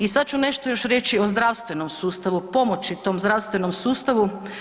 I sad ću nešto još reći o zdravstvenom sustavu, pomoći tom zdravstvenom sustavu.